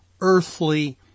earthly